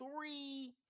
three